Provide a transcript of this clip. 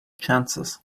chances